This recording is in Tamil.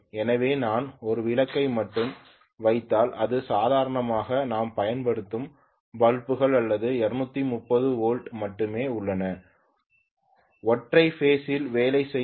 எனவே நான் 1 விளக்கை மட்டும் வைத்தால் இது சாதாரணமாக நாம் பயன்படுத்தும் பல்புகள் அல்லது 230 வோல்ட் மட்டுமே உள்ள ஒற்றை பேஸ் இல் வேலை செய்யும்